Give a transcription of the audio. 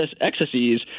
excesses